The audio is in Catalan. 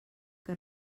que